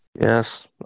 Yes